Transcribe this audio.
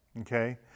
Okay